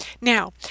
Now